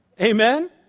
Amen